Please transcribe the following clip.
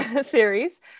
series